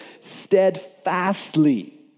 steadfastly